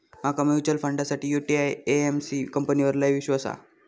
माका म्यूचुअल फंडासाठी UTI AMC कंपनीवर लय ईश्वास आसा